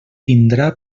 tindrà